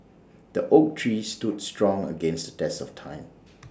the oak tree stood strong against test of time